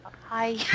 hi